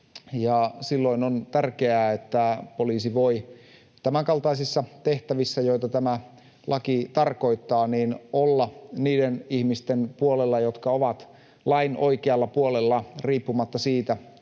Silloin on tärkeää, että poliisi voi tämänkaltaisissa tehtävissä, joita tämä laki tarkoittaa, olla niiden ihmisten puolella, jotka ovat lain oikealla puolella, riippumatta siitä,